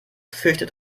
fürchtet